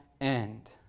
end